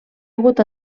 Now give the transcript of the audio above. hagut